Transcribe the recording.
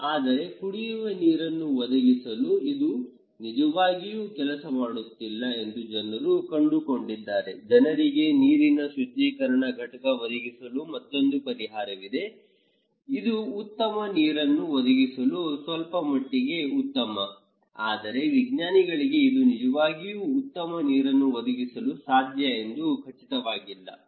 ಆದರೆ ಕುಡಿಯುವ ನೀರನ್ನು ಒದಗಿಸಲು ಇದು ನಿಜವಾಗಿಯೂ ಕೆಲಸ ಮಾಡುತ್ತಿಲ್ಲ ಎಂದು ಜನರು ಕಂಡುಕೊಂಡಿದ್ದಾರೆ ಜನರಿಗೆ ನೀರಿನ ಶುದ್ಧೀಕರಣ ಘಟಕ ಒದಗಿಸಲು ಮತ್ತೊಂದು ಪರಿಹಾರವಿದೆ ಇದು ಉತ್ತಮ ನೀರನ್ನು ಒದಗಿಸಲು ಸ್ವಲ್ಪ ಮಟ್ಟಿಗೆ ಉತ್ತಮ ಆದರೆ ವಿಜ್ಞಾನಿಗಳಿಗೆ ಇದು ನಿಜವಾಗಿಯೂ ಉತ್ತಮ ನೀರನ್ನು ಒದಗಿಸಲು ಸಾಧ್ಯ ಎಂದು ಖಚಿತವಾಗಿಲ್ಲ